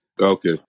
Okay